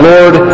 Lord